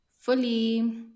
fully